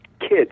kids